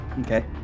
Okay